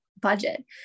budget